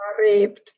raped